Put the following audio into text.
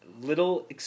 little